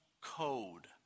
code